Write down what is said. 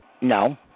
No